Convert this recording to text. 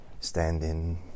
standing